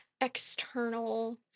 external